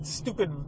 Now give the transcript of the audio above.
stupid